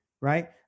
right